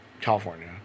California